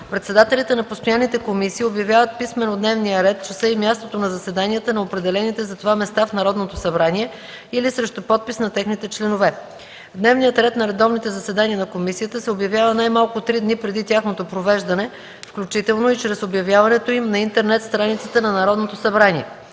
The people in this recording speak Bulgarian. Председателите на постоянните комисии обявяват писмено дневния ред, часа и мястото на заседанията на определените за това места в Народното събрание или срещу подпис на техните членове. Дневният ред за редовните заседания на комисиите се обявява най-малко три дни преди тяхното провеждане, включително и чрез обявяването им на интернет страницата на Народното събрание.